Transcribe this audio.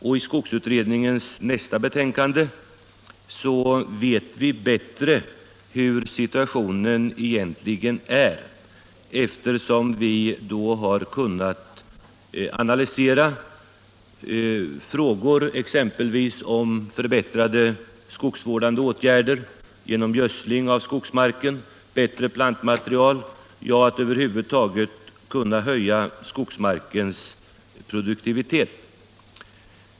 I skogsutredningens nästa betänkande vet vi bättre hur situationen egentligen är, eftersom vi då har kunnat analysera frågor om förbättrade skogs vårdande åtgärder, exempelvis gödsling av skogsmark och bättre plantmaterial, ja, över huvud taget åtgärder för att höja skogsmarkens produktivitet.